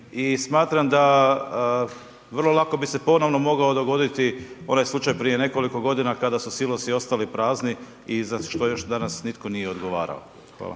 smatram da vrlo lako bi se ponovno mogao dobiti onaj slučaj prije nekoliko godina, kada su silosi ostali prazni i za što još danas nitko nije odgovarao. Hvala.